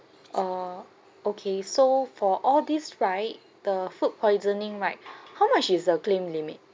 uh okay so for all these right the food poisoning right how much is the claim limit